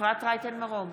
אפרת רייטן מרום,